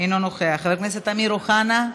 אינו נוכח, חבר הכנסת אמיר אוחנה,